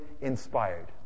inspired